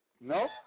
No